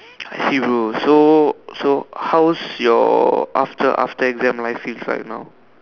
I see bro so so how's your after after exam life feels like now